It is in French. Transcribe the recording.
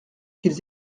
qu’ils